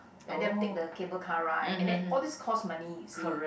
let them take the cable car ride and then all these costs money you see